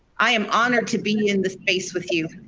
i am honored to be in this space with you.